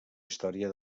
història